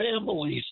families